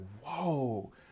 whoa